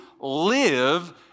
live